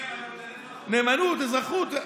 נאמנות ואזרחות?